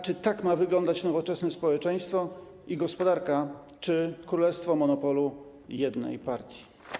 Czy tak ma wyglądać nowoczesne społeczeństwo i gospodarka, czy królestwo monopolu jednej partii?